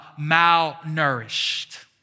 malnourished